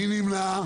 מי נמנע?